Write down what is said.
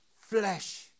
flesh